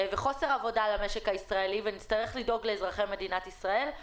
חוסר עבודה במשק הישראלי ונצטרך לדאוג לאזרחי מדינת ישראל.